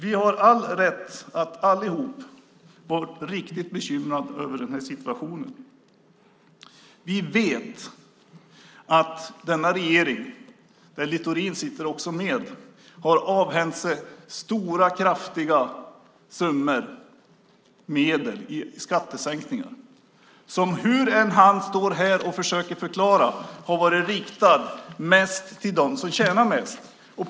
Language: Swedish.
Vi har all rätt att allihop vara riktigt bekymrade över den här situationen. Vi vet att denna regering, där Littorin också sitter med, har avhänt sig stora summor i skattesänkningar som, hur han än står här och försöker förklara det, mest har varit riktade till dem som tjänar mest.